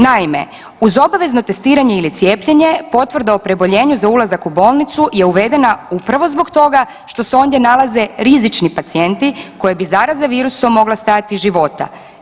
Naime, uz obaveno testiranje ili cijepljenje potvrda o preboljenju za ulazak u bolnicu je uvedena upravo zbog toga što se ondje nalaze rizični pacijenti koje bi zaraza virusom mogla stajati života.